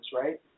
right